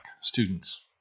students